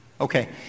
Okay